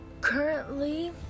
currently